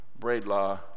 Braidlaw